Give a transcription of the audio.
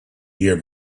year